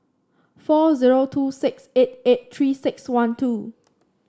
four zero two six eight eight Three six one two